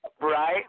Right